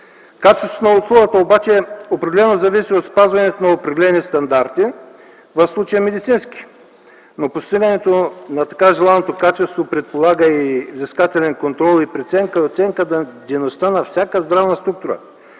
Качеството на услугата обаче определено зависи от спазването на определени стандарти, в случая медицински. Но постигането на така желаното качество предполага и взискателен контрол, оценка и преценка за дейността на всяка здравна структура.